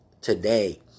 today